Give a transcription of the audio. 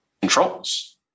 controls